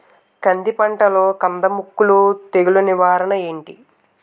కంది పంటలో కందము కుల్లు తెగులు నివారణ ఏంటి?